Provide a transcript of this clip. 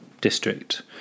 district